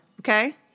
Okay